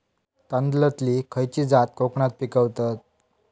तांदलतली खयची जात कोकणात पिकवतत?